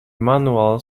manual